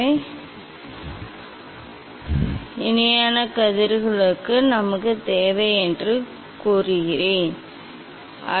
நான் விவரித்த இந்த முறை ஸ்கஸ்டரின் முறை என்று அழைக்கப்படுகிறது மேலும் இந்த முறையில் இணையான கதிர்களுக்கு தொலைநோக்கி மற்றும் கோலிமேட்டரை உருவாக்கலாம் இணையான கதிர்களை மையமாகக் கொள்ளலாம் எனவே இது மற்றொரு முறை